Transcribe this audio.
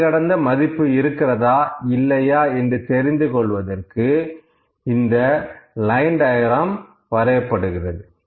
எல்லை கடந்த மதிப்பு இருக்கிறதா இல்லையா என்று தெரிந்து கொள்வதற்கு இந்த லைன் டயக்ராம் வரையப்படுகிறது